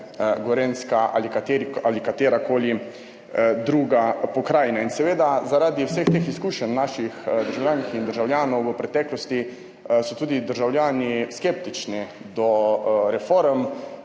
Gorenjska ali katerakoli druga pokrajina. Zaradi vseh teh izkušenj naših državljank in državljanov v preteklosti so tudi državljani skeptični do reform